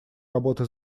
работы